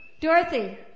Dorothy